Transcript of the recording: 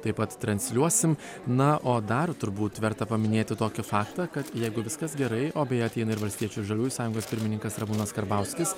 taip pat transliuosim na o dar turbūt verta paminėti tokį faktą kad jeigu viskas gerai o beje ateina ir valstiečių ir žaliųjų sąjungos pirmininkas ramūnas karbauskis